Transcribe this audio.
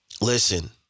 Listen